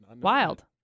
wild